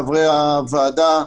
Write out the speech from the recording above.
חברי הוועדה,